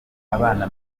abana